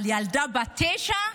אבל ילדה בת תשע,